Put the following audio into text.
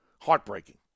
heartbreaking